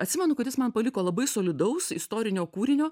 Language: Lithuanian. atsimenu kad jis man paliko labai solidaus istorinio kūrinio